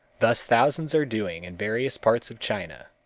thus thousands are doing in various parts of china,